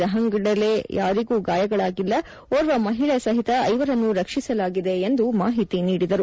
ರಹಂಗ್ಡಳಿ ಯಾರಿಗೂ ಗಾಯಗಳಾಗಿಲ್ಲ ಓರ್ವ ಮಹಿಳೆ ಸಹಿತ ಐವರನ್ನು ರಕ್ಷಿಸಲಾಗಿದೆ ಎಂದು ಮಾಹಿತಿ ನೀಡಿದರು